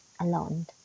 alone